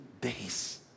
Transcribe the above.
days